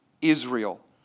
Israel